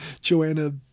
Joanna